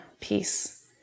Peace